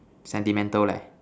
sentimental leh